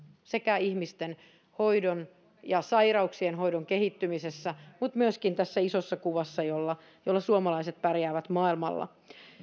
ihmisten hoidon ja sairauksien hoidon kehittymisessä mutta myöskin tässä isossa kuvassa jolla jolla suomalaiset pärjäävät maailmalla